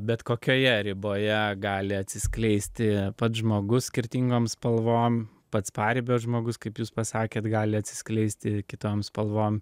bet kokioje riboje gali atsiskleisti pats žmogus skirtingom spalvom pats paribio žmogus kaip jūs pasakėt gali atsiskleisti kitom spalvom